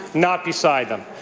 not beside them.